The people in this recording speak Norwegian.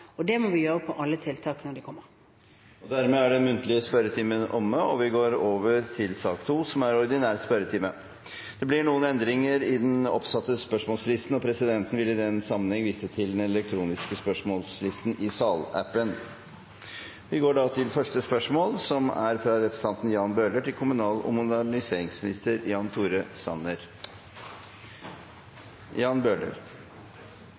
Det må vi gjøre for alle tiltak når de kommer. Dermed er den muntlige spørretimen omme. Det blir noen endringer i den oppsatte spørsmålslisten, og presidenten vil i den sammenheng vise til den elektroniske spørsmålslisten i salappen. Den foreslåtte endringen i dagens spørretime foreslås godkjent. – Det anses vedtatt. Jeg tillater meg å stille følgende spørsmål til kommunal- og